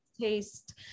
taste